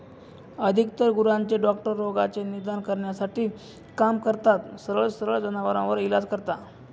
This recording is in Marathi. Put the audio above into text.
अधिकतर गुरांचे डॉक्टर रोगाचे निदान करण्यासाठी काम करतात, सरळ सरळ जनावरांवर इलाज करता